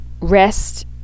rest